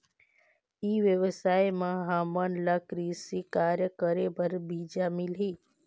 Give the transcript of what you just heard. ई व्यवसाय म हामन ला कृषि कार्य करे बर बीजा मिलही?